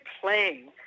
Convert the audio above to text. playing